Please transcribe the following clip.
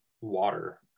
water